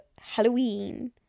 Halloween